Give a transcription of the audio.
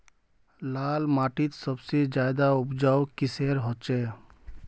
लाल माटित सबसे ज्यादा उपजाऊ किसेर होचए?